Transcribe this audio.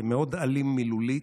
מאוד אלים מילולית,